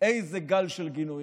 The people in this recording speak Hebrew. איזה גל של גינויים.